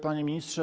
Panie Ministrze!